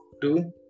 two